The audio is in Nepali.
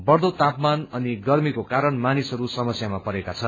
बढ़दो तापमान अनि गर्मीको कारण मानिसहरू समस्यामा परेका छन्